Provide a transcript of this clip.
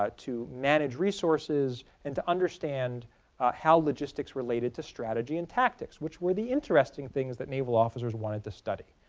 ah to manage resources, and to understand how logistics related to strategy and tactics which were the interesting things that naval officers wanted to study.